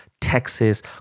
Texas